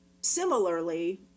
similarly